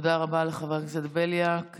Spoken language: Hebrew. תודה רבה לחבר הכנסת בליאק.